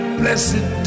blessed